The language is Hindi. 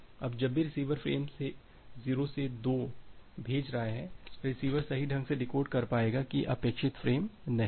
अब जब भी रिसीवर फ्रेम 0 से फ्रेम 2 भेज रहा है रिसीवर सही ढंग से डिकोड कर पाएगा कि ये अपेक्षित फ्रेम नहीं हैं